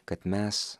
kad mes